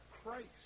christ